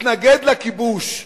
מתנגד לכיבוש,